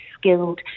skilled